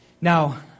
Now